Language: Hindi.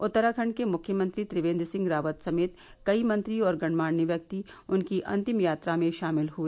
उत्तराखंड के मुख्यमंत्री त्रिवेन्द्र सिंह राक्त समेत कई मंत्री और गणमान्य व्यक्ति उनकी अंतिम यात्रा में शामिल हए